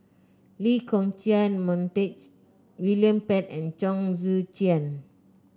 Lee Kong Chian Montague William Pett and Chong Tze Chien